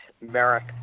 Merrick